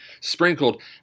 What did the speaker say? sprinkled